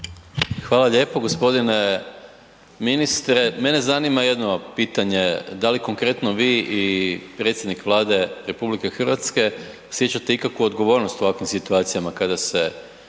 Hvala lijepo. G. ministre, mene zanima jedno pitanje, da li konkretno vi i predsjednik Vlade RH osjećate ikakvu odgovornost u ovakvim situacijama kada se